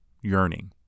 yearning